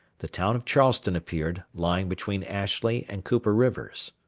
the town of charleston appeared, lying between ashley and cooper rivers.